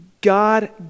God